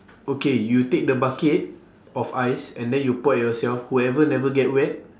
okay you take the bucket of ice and then you pour at yourself whoever never get wet